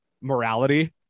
morality